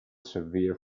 severe